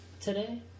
today